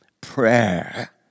prayer